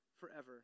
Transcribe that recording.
forever